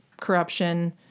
corruption